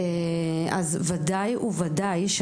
בוודאי ובוודאי,